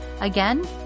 Again